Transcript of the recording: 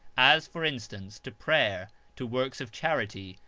as, for instance, to prayer, to works of charity,